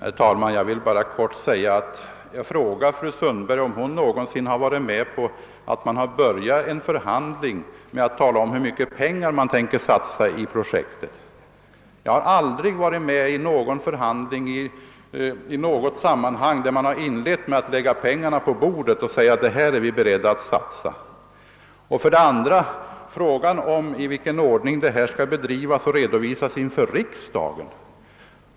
Herr talman! Jag vill fråga fru Sundberg, om hon någonsin har varit med om att man börjar en förhandling med att tala om hur mycket pengar man tänker satsa. För min del har jag aldrig deltagit i någon förhandling där man börjar på det viset. Fru Sundberg säger att ärendet inte har förelagts riksdagen.